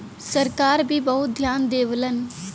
सरकार भी बहुत धियान देवलन